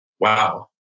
wow